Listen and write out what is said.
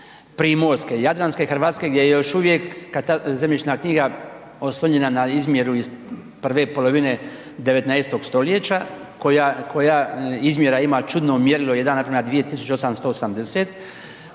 primorske i jadranske Hrvatske gdje još uvijek je zemljišna knjiga oslonjena na izmjeru iz 1. polovine 19. st. koja izmjera ima čudno mjerilo, 1:2880,